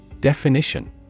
Definition